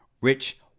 Rich